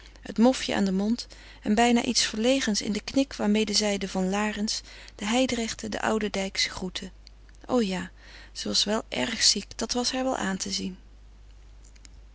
het mofje aan den mond en bijna iets verlegens in den knik waarmede zij de van larens de hijdrechten de oudendijks groette o ja ze was wel erg ziek dat was haar wel aan te zien